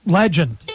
legend